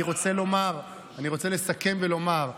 אני רוצה לסכם ולומר,